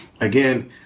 Again